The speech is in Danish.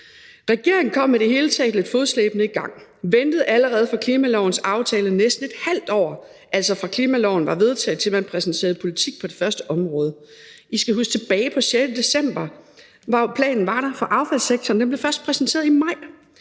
Regeringen kom i det hele taget lidt fodslæbende i gang og ventede næsten et halvt år med at lave aftaler i forhold til klimaloven, altså fra klimaloven var vedtaget, til man præsenterede politik på det første område. I skal huske tilbage på den 6. december. Planen var der for affaldssektoren, men den blev først præsenteret i maj.